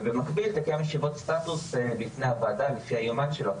ובמקביל תקיים ישיבות סטטוס בפני הוועדה לפי היומן שלה,